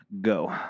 Go